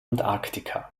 antarktika